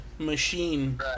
machine